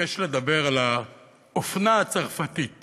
מבקש לדבר על האופנה הצרפתית